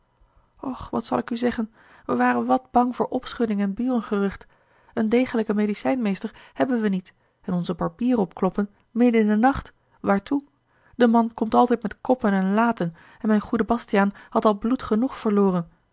och wat zal ik u zeggen wij waren wat bang voor opschudding en burengerucht een degelijken medicijnmeester hebben wij niet en onzen barbier opkloppen midden in den nacht waartoe de man komt altijd met koppen en laten en mijn a l g bosboom-toussaint de delftsche wonderdokter eel goede bastiaan had al bloed genoeg verloren